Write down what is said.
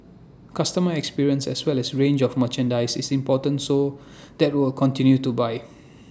customer experience as well as range of merchandise is important so that will continue to buy